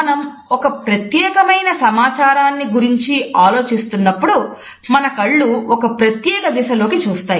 మనం ఒక ప్రత్యేకమైన సమాచారాన్ని గురించి ఆలోచిస్తున్నప్పుడు మన కళ్ళు ఒక ప్రత్యేక దిశలోనికి చూస్తాయి